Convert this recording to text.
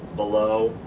below,